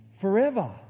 forever